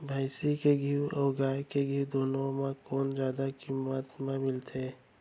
भैंसी के घीव अऊ गाय के घीव दूनो म कोन जादा किम्मत म मिलथे?